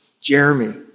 Jeremy